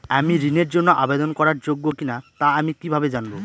আমি ঋণের জন্য আবেদন করার যোগ্য কিনা তা আমি কীভাবে জানব?